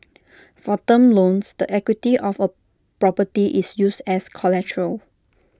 for term loans the equity of A property is used as collateral